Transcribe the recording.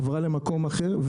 עברה למקום אחר,